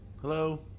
hello